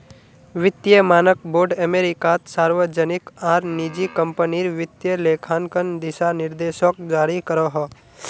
वित्तिय मानक बोर्ड अमेरिकात सार्वजनिक आर निजी क्म्पनीर वित्तिय लेखांकन दिशा निर्देशोक जारी करोहो